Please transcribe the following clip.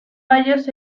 varios